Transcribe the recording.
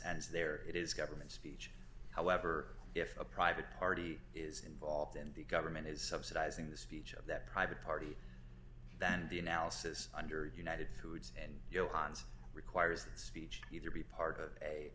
as there it is government speech however if a private party is involved and the government is subsidizing the speech of that private party than the analysis under united foods and johanns requires that speech either be part of a